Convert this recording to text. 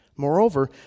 Moreover